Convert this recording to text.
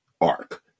ark